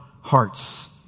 hearts